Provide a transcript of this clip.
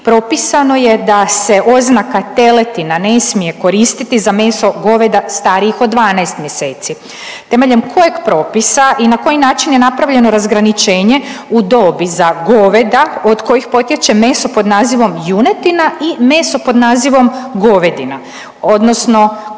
propisano je da se oznaka teletina ne smije koristiti za meso goveda starijih od 12 mjeseci. Temeljem kojeg propisa i na koji način je napravljeno razgraničenje u dobi za goveda od kojih potječe meso pod nazivom junetina i meso pod nazivom govedina, odnosno koju